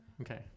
Okay